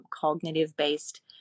cognitive-based